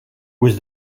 was